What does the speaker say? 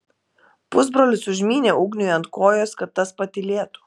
pusbrolis užmynė ugniui ant kojos kad tas patylėtų